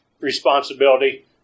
responsibility